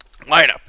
lineup